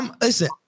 listen